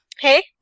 Hey